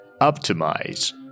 Optimize